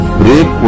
break